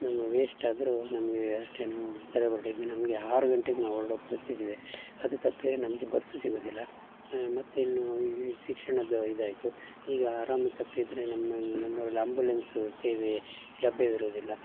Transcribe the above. ನಮ್ಗೆ ವೇಶ್ಟ್ ಅದರೊ ನಮಗೆ ಅಷ್ಟೇನೂ ನಮಗೆ ಆರು ಗಂಟೆಗೆ ನಾವು ಹೊರ್ಡೊ ಪರಿಸ್ಥಿತಿ ಇದೆ ಅದು ತಪ್ಪಿದರೆ ನಮಗೆ ಬಸ್ಸು ಸಿಗುವುದಿಲ್ಲ ಮತ್ತಿನ್ನು ಈ ಶಿಕ್ಷಣದ್ದು ಇದಾಯಿತು ಈಗ ಆರಾಮ ತಪ್ಪಿದರೆ ನಮ್ಮಲ್ಲಿ ನಮ್ಮ ಊರಲ್ಲಿ ಆಂಬುಲೆನ್ಸ ಸೇವೆ ಲಭ್ಯವಿರುವುದಿಲ್ಲ